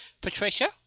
Patricia